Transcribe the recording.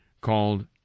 called